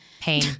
Pain